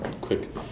Quick